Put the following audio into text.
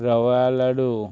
रवा लाडू